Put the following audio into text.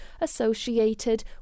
associated